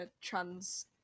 trans